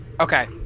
Okay